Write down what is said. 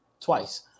Twice